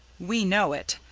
we know it,